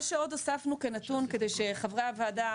מה שעוד הוספנו כנתון כדי שחברי הוועדה